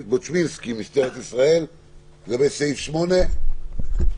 שתהיה קריאת כיוון שלאט-לאט ניפרד עד כמה שאפשר מהחלקים